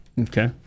okay